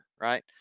right